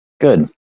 Good